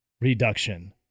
reduction